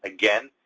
again,